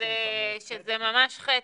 שזה ממש חצי.